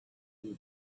would